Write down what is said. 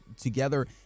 together